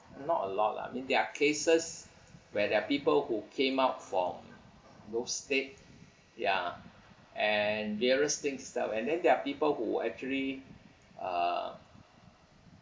not a lot lah I mean there cases where there are people who came out from those state ya and various things stop and then there are people who actually uh